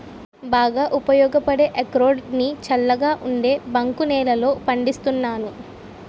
బాగా ఉపయోగపడే అక్రోడ్ ని చల్లగా ఉండే బంక నేలల్లో పండిస్తున్నాను